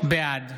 בעד